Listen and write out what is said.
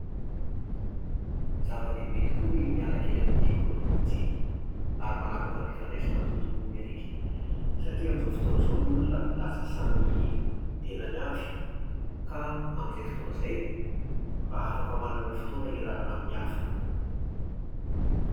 Zavadehibe tokoa ny miala kely amin'ny teknôlô-ôjia ary manapaka ny fifandraisana amin'ny tontol nomerika. Satria amin'izao fotoana izao ny olona an, lasa samy olon'ny tenany avy. Ka amin'izay fotoana izay, mba afaka manana fotoana iarahana amin'ny hafa